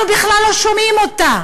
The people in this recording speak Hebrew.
אנחנו בכלל לא שומעים אותה,